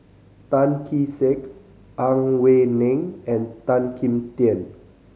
Tan Kee Sek Ang Wei Neng and Tan Kim Tian